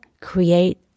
create